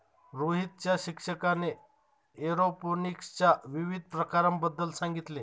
रोहितच्या शिक्षकाने एरोपोनिक्सच्या विविध प्रकारांबद्दल सांगितले